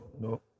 No